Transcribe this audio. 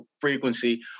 frequency